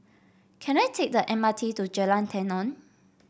can I take the M R T to Jalan Tenon